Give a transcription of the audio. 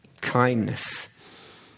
kindness